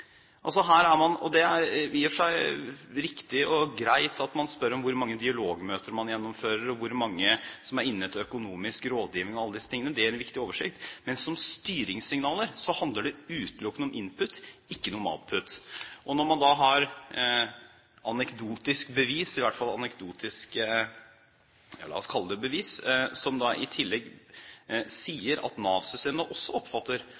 Det er i og for seg riktig og greit at man spør om hvor mange dialogmøter man gjennomfører, og hvor mange som er inne til økonomisk rådgivning, og alle disse tingene. Det gir en viktig oversikt. Men som styringssignaler handler det utelukkende om input, ikke noe om output. Når man da har anekdotiske – ja, la oss kalle det det – bevis, som i tillegg sier at Nav-systemene også oppfatter